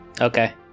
Okay